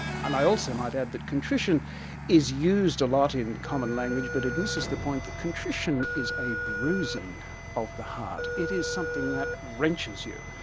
and i also might add that contrition is used a lot in common language but it misses the point that contrition is a bruising of the heart, it is something that wrenches you.